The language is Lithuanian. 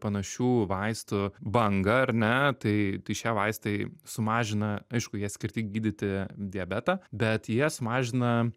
panašių vaistų bangą ar ne tai tai šie vaistai sumažina aišku jie skirti gydyti diabetą bet jie sumažina